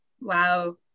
wow